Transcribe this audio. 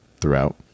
throughout